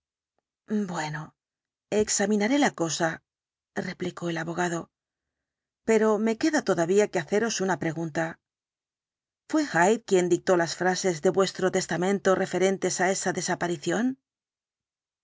bueno examinaré la cosa replicó el abogado pero me queda todavía que haceros una pregunta fué hyde quien dictó las frases de vuestro testamento referentes á esa desaparición